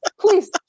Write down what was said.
please